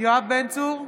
יואב בן צור,